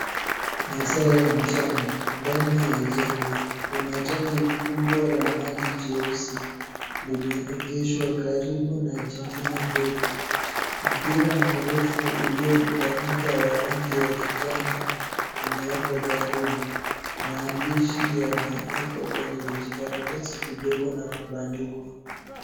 Masaa ya mchana. Ndani ya jengo kuna tanki kubwa la maji jeusi limeegeshwa karibu na jingine dogo . Mpira mrefu uliounganika wa rangi ya kijani umewekwa karibu. Maandishi yamewekwa kwenye vijikaratasi vidogo na kubandikwa.